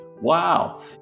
Wow